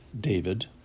David